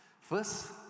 First